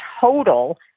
total